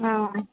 ఆ